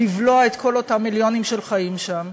לבלוע את כל אותם מיליונים שחיים שם.